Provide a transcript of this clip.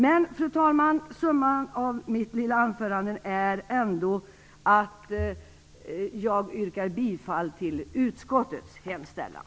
Men, fru talman, summan av mitt lilla anförande är ändå att jag yrkar bifall till utskottets hemställan.